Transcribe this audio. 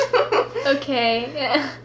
Okay